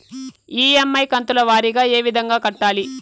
EMI కంతుల వారీగా ఏ విధంగా కట్టాలి